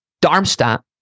Darmstadt